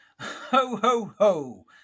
ho-ho-ho